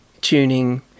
tuning